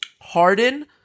Harden